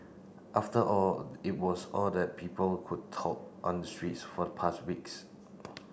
after all it was all that people could talk on the streets for the past weeks